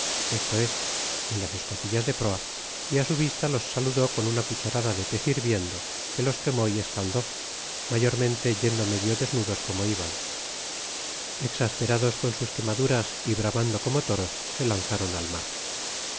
esto es en las escotillas de proajj á su vista los saludó con una cucharada de pez hirviendo que los quemó y escaldó mayormente yendo medio desnudos como iban exasperados con sus quemaduras y bramando como toros se lanzaron al mar